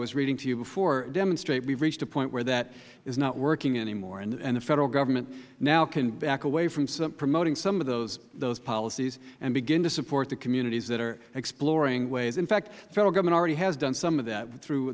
was reading to you before demonstrate we have reached a point where that is not working anymore the federal government now can back away from promoting some of those policies and begin to support the communities that are exploring ways in fact the federal government already has done some of that through